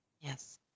Yes